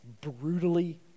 brutally